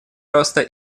роста